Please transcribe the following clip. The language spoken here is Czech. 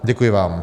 Děkuji vám.